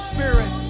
Spirit